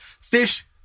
Fish